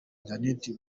interineti